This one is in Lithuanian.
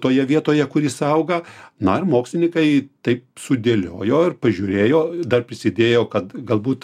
toje vietoje kur jis auga na ir mokslininkai taip sudėliojo ir pažiūrėjo dar prisidėjo kad galbūt